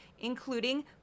including